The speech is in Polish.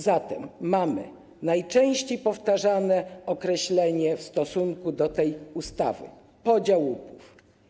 Zatem mamy najczęściej powtarzane określenie w odniesieniu do tej ustawy: podział łupów.